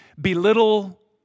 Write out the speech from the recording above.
belittle